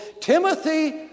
Timothy